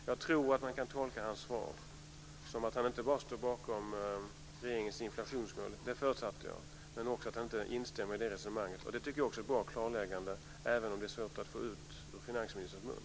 Jag tror att man kan tolka hans svar inte bara som att han står bakom regeringens inflationsmål, för det förutsatte jag, utan också som att han inte instämmer i det resonemanget. Det tycker jag också är ett bra klarläggande, även om det är svårt att få ut det ur finansministerns mun.